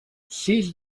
sis